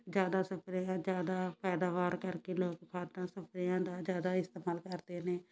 ਜ਼ਿਆਦਾ ਸਪਰੇਹਾਂ ਜ਼ਿਆਦਾ ਪੈਦਾਵਾਰ ਕਰਕੇ ਲੋਕ ਖਾਦਾਂ ਸਪਰੇਹਾਂ ਦਾ ਜ਼ਿਆਦਾ ਇਸਤੇਮਾਲ ਕਰਦੇ ਨੇ